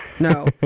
No